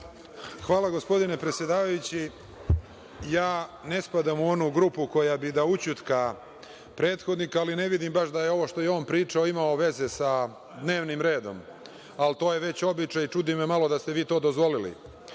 Hvala, gospodine predsedavajući. Ne spadam u onu grupu koja bi da ućutka prethodnika, ali ne vidim da je ovo što je on pričao imalo veze sa dnevnim redom, ali to je već običaj i čudi me da ste vi to dozvolili.No,